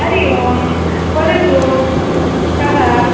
हरिः ओं वदतु कः